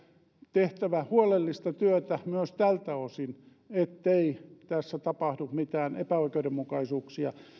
tehtävä huolellista työtä myös tältä osin ettei tässä tapahdu mitään epäoikeudenmukaisuuksia